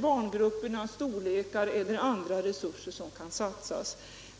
barngruppernas storlek eller andra resurser som kan satsas.